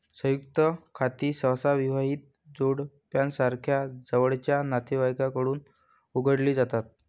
संयुक्त खाती सहसा विवाहित जोडप्यासारख्या जवळच्या नातेवाईकांकडून उघडली जातात